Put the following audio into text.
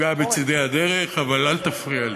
"מפגע בצדי הדרך", אבל אל תפריע לי.